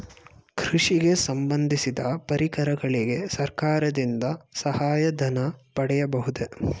ಕೃಷಿಗೆ ಸಂಬಂದಿಸಿದ ಪರಿಕರಗಳಿಗೆ ಸರ್ಕಾರದಿಂದ ಸಹಾಯ ಧನ ಪಡೆಯಬಹುದೇ?